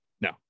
No